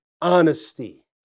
honesty